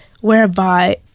whereby